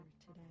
today